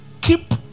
keep